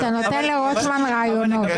אתה נותן לרוטמן רעיונות...